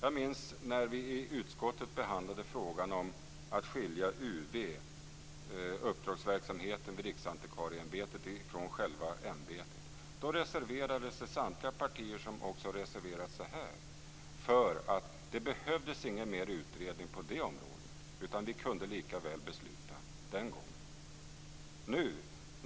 Jag minns när vi i utskottet behandlade frågan om att skilja uppdragsverksamheten vid Riksantikvarieämbetet från själva ämbetet. Då reserverade sig samtliga partier som också har reserverat sig i det här ärendet för att det inte behövdes någon mer utredning på det området. Vi kunde lika väl fatta beslutet den gången.